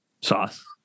sauce